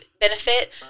benefit